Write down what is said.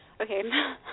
Okay